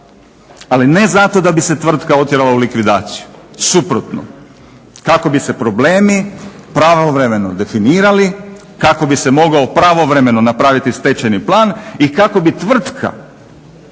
ali ne zato da bi se tvrtka otjerala u likvidaciju. Suprotno, kako bi se problemi pravovremeno definirali, kako bi se mogao pravovremeno napraviti stečajni plan i kako bi tvrtka nakon